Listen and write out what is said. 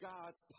God's